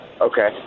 Okay